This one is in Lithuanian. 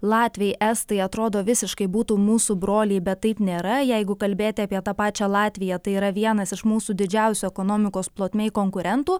latviai estai atrodo visiškai būtų mūsų broliai bet taip nėra jeigu kalbėti apie tą pačią latviją tai yra vienas iš mūsų didžiausių ekonomikos plotmėj konkurentų